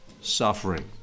Suffering